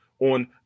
on